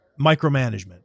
micromanagement